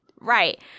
right